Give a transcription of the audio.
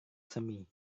semi